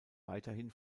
weiterhin